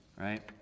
right